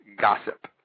gossip